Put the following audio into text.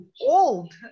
old